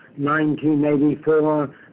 1984